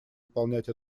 выполнять